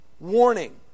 Warning